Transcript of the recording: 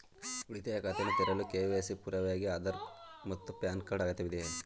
ಉಳಿತಾಯ ಖಾತೆಯನ್ನು ತೆರೆಯಲು ಕೆ.ವೈ.ಸಿ ಗೆ ಪುರಾವೆಯಾಗಿ ಆಧಾರ್ ಮತ್ತು ಪ್ಯಾನ್ ಕಾರ್ಡ್ ಅಗತ್ಯವಿದೆ